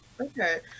Okay